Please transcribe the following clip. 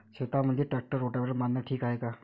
शेतामंदी tractor rotavator मारनं ठीक हाये का?